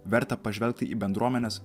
verta pažvelgti į bendruomenes